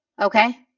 okay